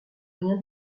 rien